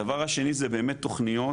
הדבר השני זה באמת תכניות